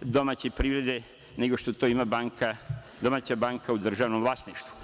domaće privrede nego što to ima banka, domaća banka u državnom vlasništvu.